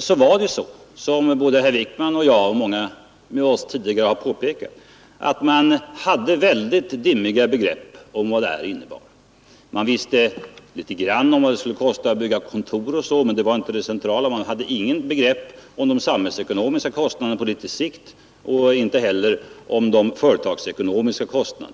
fattade sitt beslut hade man, såsom både herr Wijkman och jag och många med oss tidigare har påpekat, mycket dimmiga begrepp om vad beslutet innebar; man visste en del om vad det skulle kosta att bygga upp kontor och liknande, men inte mycket mer. Man hade t.ex. inget begrepp om de samhällsekonomiska kostnaderna på litet sikt och inte heller om den företagsekonomiska belastningen.